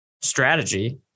strategy